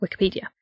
Wikipedia